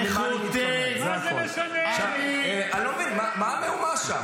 חבר הכנסת בצלאל, אני מבין מה אתה אומר.